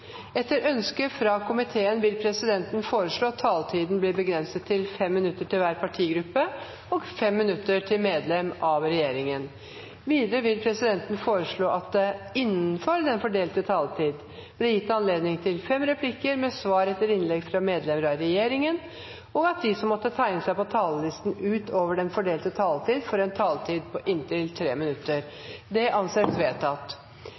Etter ønske fra justiskomiteen vil presidenten foreslå at taletiden blir begrenset til 5 minutter til hver partigruppe og 5 minutter til medlem av regjeringen. Videre vil presidenten foreslå at det innenfor den fordelte taletid blir gitt anledning til tre replikker med svar etter innlegg fra medlem av regjeringen, og at de som måtte tegne seg på talerlisten utover den fordelte taletid, får en taletid på inntil 3 minutter. – Det anses vedtatt.